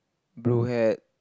blue hat